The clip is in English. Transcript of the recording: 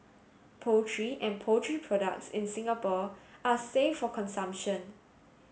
poultry and poultry products in Singapore are safe for consumption